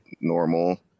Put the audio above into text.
normal